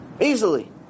Easily